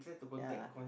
ya